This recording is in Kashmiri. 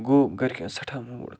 گوٚو گرکٮ۪ن سٮ۪ٹھاہ موٗڈ خراب